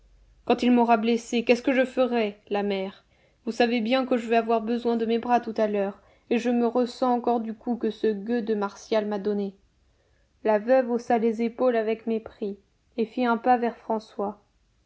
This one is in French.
quand il m'aura blessé qu'est-ce que je ferai la mère vous savez bien que je vais avoir besoin de mes bras tout à l'heure et je me ressens encore du coup que ce gueux de martial m'a donné la veuve haussa les épaules avec mépris et fit un pas vers françois